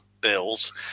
bills